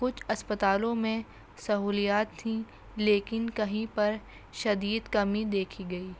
کچھ اسپتالوں میں سہولیات تھیں لیکن کہیں پر شدید کمی دیکھی گئی